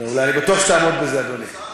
אני בטוח שתעמוד בזה, אדוני.